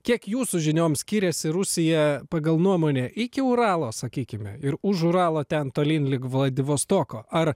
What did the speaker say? kiek jūsų žiniom skiriasi rusija pagal nuomonę iki uralo sakykime ir už uralo ten tolyn link vladivostoko ar